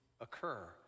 occur